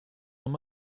him